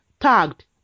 Tagged